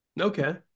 Okay